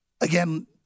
Again